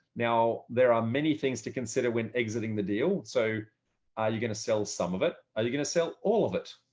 now, there are many things to consider when exiting the deal. so are you going to sell some of it? are you going to sell all of it?